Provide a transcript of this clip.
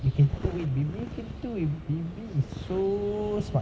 you can B B you can to B B is so smart